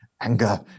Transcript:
anger